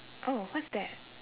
oh what's that